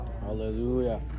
Hallelujah